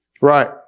Right